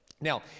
Now